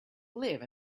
live